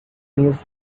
news